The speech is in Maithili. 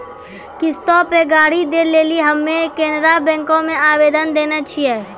किश्तो पे गाड़ी दै लेली हम्मे केनरा बैंको मे आवेदन देने छिये